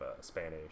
Spanish